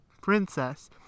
princess